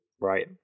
Right